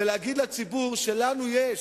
ולהגיד לציבור שלנו יש,